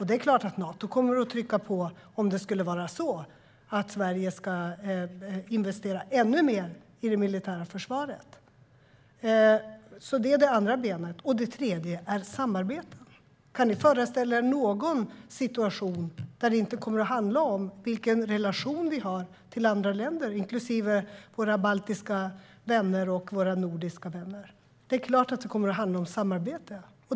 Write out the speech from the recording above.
Det är klart att Nato kommer att trycka på om Sverige investerar ännu mer i det militära försvaret. Det tredje benet var samarbete. Kan ni föreställa er någon situation där det inte handlar om vilken relation vi har till andra länder inklusive våra baltiska och nordiska vänner? Det är klart att det handlar om samarbete.